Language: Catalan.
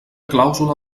clàusula